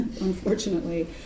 unfortunately